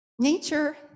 Nature